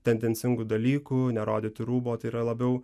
tendencingų dalykų nerodyti rūbo tai yra labiau